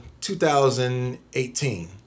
2018